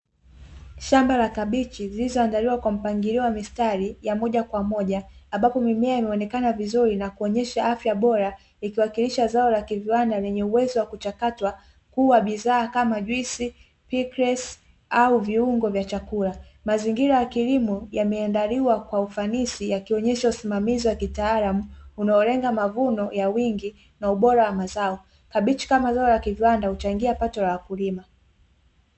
Shamba la kabichi zililoandaliwa katika mpangilio wa mistari ya moja kwa moja, ambapo mimea imeonekana vizuri na kuonesha afya bora, ikiwakilisha zao la kiviwanda lenye uwezo wa kuchakatwa na kuwa bidhaa kama juisi, pikiresi au viungo vya chakula. Mazingira ya kilimo yameandaliwa kwa ufanisi, yakionesha usimamizi wa kitaalamu unaolenga mavuno ya wingi na ubora wa mazao. Kabichi kama zao la kiviwanda huchangia pato la wakulima.